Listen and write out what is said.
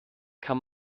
kann